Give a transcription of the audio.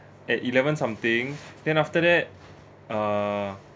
at eleven something then after that uh